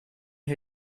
who